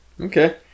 Okay